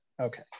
Okay